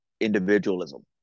individualism